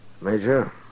Major